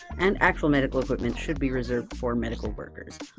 and actual medical equipment should be reserved for medical workers.